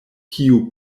kiu